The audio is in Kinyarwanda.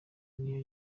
niyo